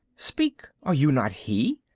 speak, are you not he?